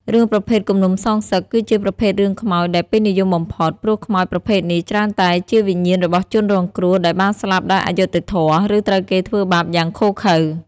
រឿងប្រភេទគំនុំសងសឹក គឺជាប្រភេទរឿងខ្មោចដែលពេញនិយមបំផុត ព្រោះខ្មោចប្រភេទនេះច្រើនតែជាវិញ្ញាណរបស់ជនរងគ្រោះដែលបានស្លាប់ដោយអយុត្តិធម៌ ឬត្រូវគេធ្វើបាបយ៉ាងឃោរឃៅ។